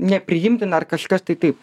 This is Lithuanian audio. nepriimtina ar kažkas tai taip